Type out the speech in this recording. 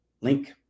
link